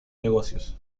negocios